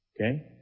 Okay